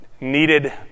needed